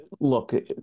Look